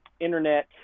internet